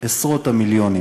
עשרות המיליונים